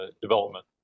development